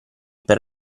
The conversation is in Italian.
per